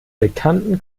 bekannten